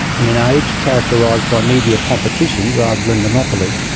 in an age characterised by media competition rather than monopoly,